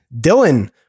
Dylan